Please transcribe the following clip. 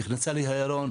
נכנסה להיריון,